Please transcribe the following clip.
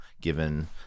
given